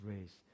race